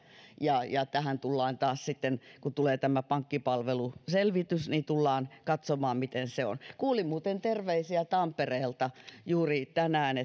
ja ja tullaan taas sitten kun tulee tämä pankkipalveluselvitys katsomaan miten se on kuulin muuten terveisiä tampereelta juuri tänään